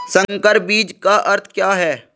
संकर बीज का अर्थ क्या है?